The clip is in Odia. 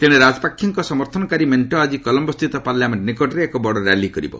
ତେଣେ ରାଜପାକ୍ଷେଙ୍କ ସମର୍ଥନକାରୀ ମେଣ୍ଟ ଆଜି କଲମ୍ବୋ ସ୍ଥିତ ପାର୍ଲାମେଣ୍ଟ ନିକଟରେ ଏକ ବଡ଼ ର୍ୟାଲି କରିବ